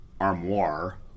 armoire